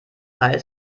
heißt